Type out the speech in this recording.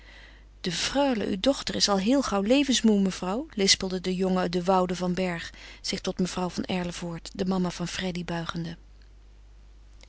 de freule uw dochter is al heel gauw levensmoê mevrouw lispelde de jonge de woude van bergh zich tot mevrouw van erlevoort de mama van freddy buigende